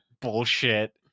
bullshit